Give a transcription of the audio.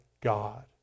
God